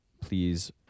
please